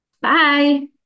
Bye